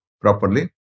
properly